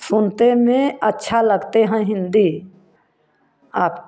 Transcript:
सुनते में अच्छा लगते हैं हिन्दी आपके